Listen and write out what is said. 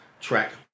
track